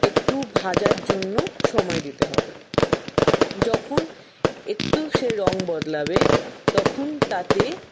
একটু ভাজার জন্য সময় দিতে হবে যখন একটু সে রঙ বদলাবে তখন তাতে